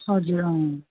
हजुर अँ